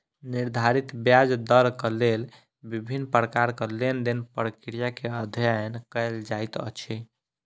निर्धारित ब्याज दरक लेल विभिन्न प्रकारक लेन देन प्रक्रिया के अध्ययन कएल जाइत अछि